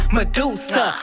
Medusa